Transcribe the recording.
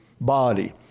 body